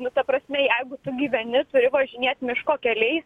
nu ta prasme jeigu tu gyveni turi važinėt miško keliais